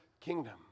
kingdom